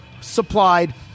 supplied